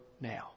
now